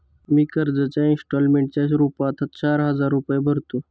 मी कर्जाच्या इंस्टॉलमेंटच्या रूपात चार हजार रुपये भरतो